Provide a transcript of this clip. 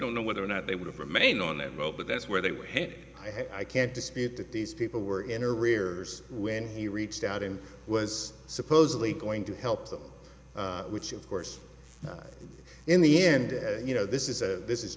don't know whether or not they would have remained on that boat but that's where they were hit i can't dispute that these people were in arrears when he reached out and was supposedly going to help them which of course in the end you know this is a